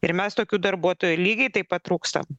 ir mes tokių darbuotojų lygiai taip pat trūksta